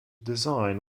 design